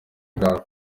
bwawe